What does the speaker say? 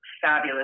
fabulous